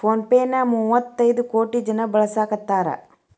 phone pay ನ ಮುವ್ವತೈದ್ ಕೋಟಿ ಜನ ಬಳಸಾಕತಾರ